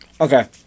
Okay